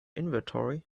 inventory